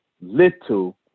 little